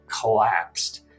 collapsed